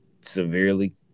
severely